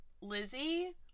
Lizzie